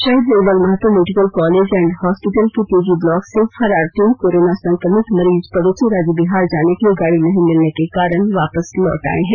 शहीद Nirmal Mahato medical college and hospital के PG block से फरार तीन कोरोना संक्रमित मरीज पडोसी राज्य बिहार जाने के लिए गाडी नहीं मिलने के कारण वापस लौट आये हैं